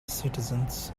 citizens